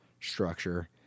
structure